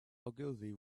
ogilvy